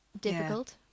difficult